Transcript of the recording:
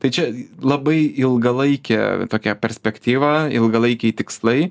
tai čia labai ilgalaikė tokia perspektyva ilgalaikiai tikslai